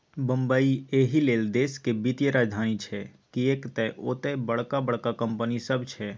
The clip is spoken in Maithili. बंबई एहिलेल देशक वित्तीय राजधानी छै किएक तए ओतय बड़का बड़का कंपनी सब छै